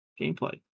gameplay